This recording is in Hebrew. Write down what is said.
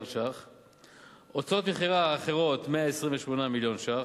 הוצאות מכירה אחרות, 128 מיליון ש"ח.